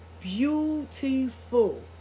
Beautiful